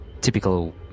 typical